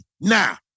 Now